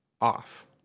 off